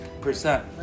percent